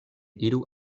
iru